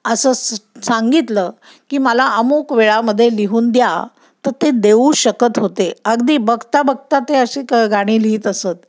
असं सांगितलं की मला अमूक वेळामध्ये लिहून द्या तर ते देऊ शकत होते अगदी बघता बघता ते अशी क गाणी लिहित असत